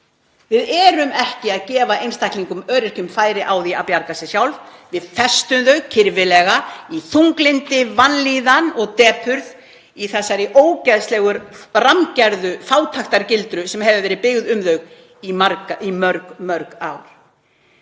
Við erum ekki að gefa öryrkjum færi á því að bjarga sér sjálf. Við festum þau kirfilega í þunglyndi, vanlíðan og depurð í þessari ógeðslegu og rammgerðu fátæktargildru sem hefur verið byggð utan um þau í mörg ár.